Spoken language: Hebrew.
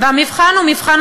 כולנו מוסרים